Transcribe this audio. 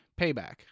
payback